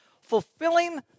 fulfilling